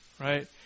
Right